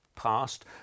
past